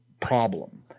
problem